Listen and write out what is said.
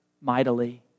mightily